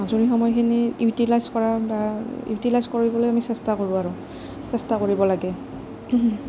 আজৰি সময়খিনি ইউটিলাইজ কৰা বা ইউটিলাইজ কৰিবলৈ আমি চেষ্টা কৰোঁ আৰু চেষ্টা কৰিব লাগে